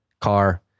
car